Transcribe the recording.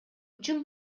үчүн